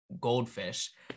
goldfish